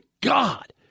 God